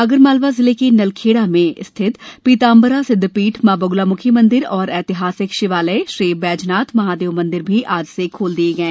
आगरमालवा जिले के नलखेड़ा में स्थित पीताम्बरा सिद्द पीठ मां बगलामुखी मंदिर और एतिहासिक शिवालय श्री बैजनाथ महादेव मंदिर भी आज से खोल दिये गये